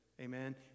Amen